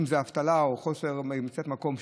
בין מאבטלה או חוסר מציאת מקום,